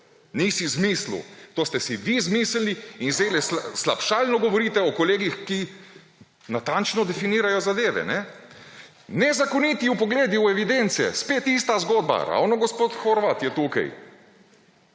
Ni si izmislil! To ste si vi izmislili in zdajle slabšalno govorite o kolegih, ki natančno definirajo zadeve. Nezakoniti vpogledi v evidence ‒ spet ista zgodba ‒, ravno gospod Horvat je tukaj.